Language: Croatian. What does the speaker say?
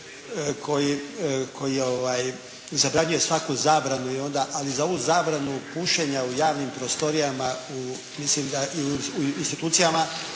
koji zabranjuje svaku zabranu i onda, ali za ovu zabranu pušenja u javnim prostorijama, mislim